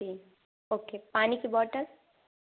जी okay पानी की bottle